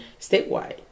statewide